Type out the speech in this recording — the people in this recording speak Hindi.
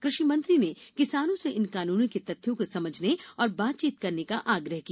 कृषि मंत्री ने किसानों से इन कानूनों के तथ्यों को समझने और बातचीत करने का आग्रह किया